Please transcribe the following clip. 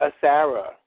Sarah